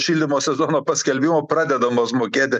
šildymo sezono paskelbimo pradedamos mokėti